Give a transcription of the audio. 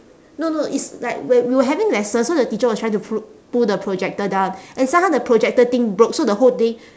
no no it's like when we were having lessons so the teacher was trying to pru~ pull the projector down then somehow the projector thing broke so the whole thing